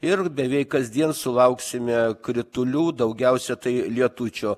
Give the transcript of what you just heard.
ir beveik kasdien sulauksime kritulių daugiausia tai lietučio